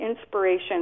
Inspiration